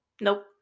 Nope